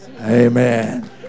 Amen